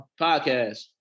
podcast